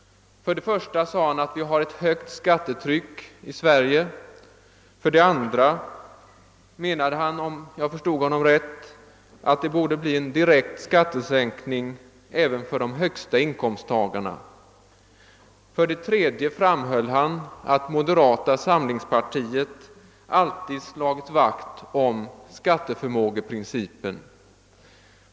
För det första sade han att vi har ett högt skattetryck i Sverige. För det andra menade han att även de högsta inkomsttagarna borde få en direkt skattesänkning. För det tredje framhöll han att moderata samlingspartiet alltid slagit vakt om skatteförmågeprincipen.